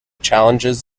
challenges